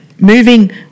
moving